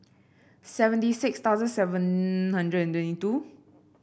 seventy six thousand seven hundred and twenty two